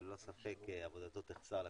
וללא ספק עבודתו תחסר לכנסת,